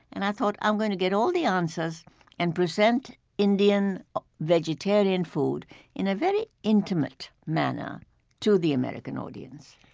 and i thought, i'm going to get all the answers and present indian vegetarian food in a very intimate manner to the american audience.